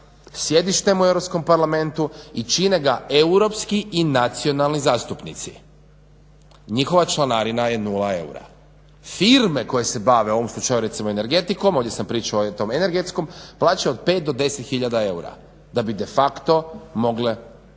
sjedište mu je u Europskom parlamentu i čine ga Europski i nacionalni zastupnici. Njihova članarina je nula eura. Firme koje se bave, u ovom slučaju recimo energetikom, ovdje sam pričao o tom energetskom, plaćaju od 5 do 10 hiljada eura da bi de facto mogle imati